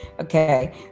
Okay